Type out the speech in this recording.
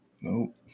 Nope